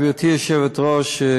גברתי היושבת-ראש,